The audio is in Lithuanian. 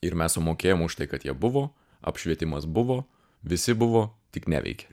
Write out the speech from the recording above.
ir mes sumokėjom už tai kad jie buvo apšvietimas buvo visi buvo tik neveikė